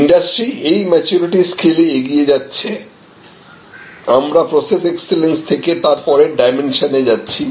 industry এই maturity স্কেলে এগিয়ে যাচ্ছে আমরা প্রসেস এক্সেলেন্স থেকে তার পরের ডাইমেনশনে যাচ্ছি